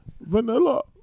Vanilla